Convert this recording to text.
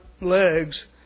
legs